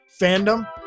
fandom